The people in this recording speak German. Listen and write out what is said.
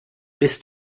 bist